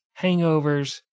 hangovers